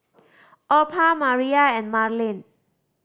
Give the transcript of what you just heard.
Orpha Mariah and Marlin